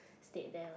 stayed there loh